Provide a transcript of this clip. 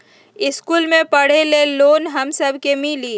इश्कुल मे पढे ले लोन हम सब के मिली?